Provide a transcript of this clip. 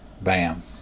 bam